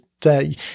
day